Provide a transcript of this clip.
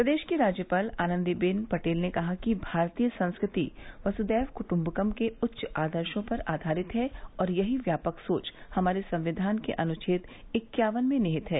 प्रदेश की राज्यपाल आनंदीबेन पटेल ने कहा कि भारतीय संस्कृति वसुथैव कुट्म्बकम के उच्च आदर्शों पर आधारित है और यही व्यापक सोच हमारे संविधान के अनुच्छेद इक्यावन में निहित है